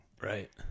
right